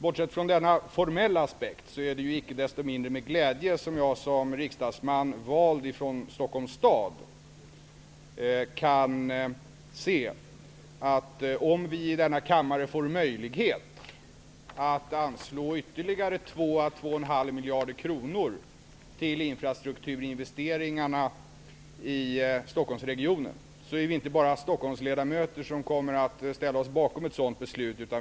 Bortsett från denna formella aspekt är det icke desto mindre med glädje som jag som riksdagsman vald ifrån Stockholms stad kan se att om vi i denna kammare får möjlighet att anslå ytterligare 2 á 2,5 Stockholmsregionen, kommer det inte bara att vara vi Stockholmsledamöter som står bakom ett sådant beslut.